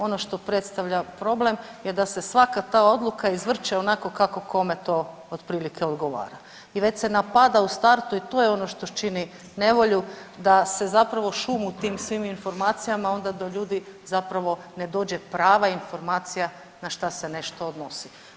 Ono što predstavlja problem je da se svaka ta odluka izvrše onako kako kome to otprilike odgovara i već se napada u startu i to je ono što čini nevolju da se zapravo šumu u tim svim informacijama onda do ljudi zapravo ne dođe prava informacija na šta se nešto odnosi.